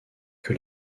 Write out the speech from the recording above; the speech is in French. que